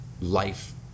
life